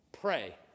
Pray